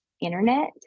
internet